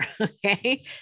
okay